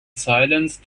silence